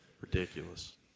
Ridiculous